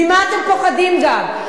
ממה אתם פוחדים גם?